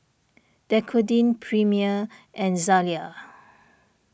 Dequadin Premier and Zalia